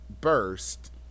burst